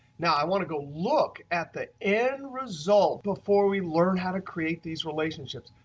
now i want to go look at the end result before we learn how to create these relationships.